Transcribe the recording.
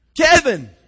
Kevin